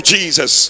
Jesus